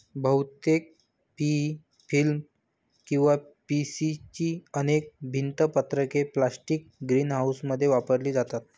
बहुतेक PE film किंवा PC ची अनेक भिंत पत्रके प्लास्टिक ग्रीनहाऊसमध्ये वापरली जातात